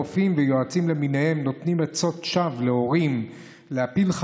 רופאים ויועצים למיניהם הנותנים עצות שווא להורים להפיל,